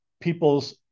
people's